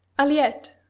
aliette,